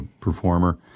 performer